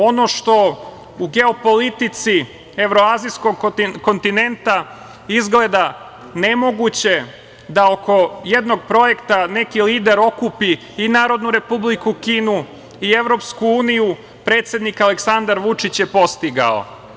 Ono što u geopolitici evroazijskog kontinenta izgleda nemoguće da oko jednog projekta jedan lider okupi i Narodnu republiku Kinu i EU, predsednik Aleksandar Vučić je postigao.